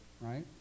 right